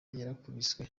yarakubiswe